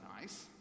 nice